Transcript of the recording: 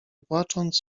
płacząc